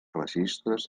registres